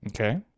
Okay